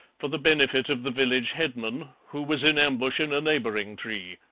for the benefit of the village headman, who was in ambush in a neighbouring tree.